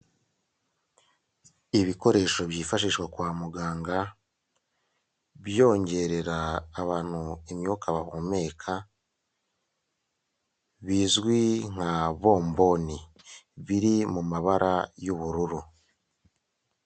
Ibikoresho byifashishwa kwa muganga, byongerera abantu imyuka bahumeka, bizwi nka bomboni, biri mu mabara y'ubururu.